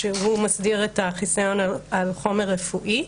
כשהוא מסדיר את החיסיון על חומר רפואי,